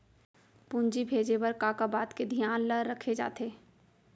पूंजी भेजे बर का का बात के धियान ल रखे जाथे?